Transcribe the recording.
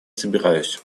собираюсь